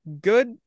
good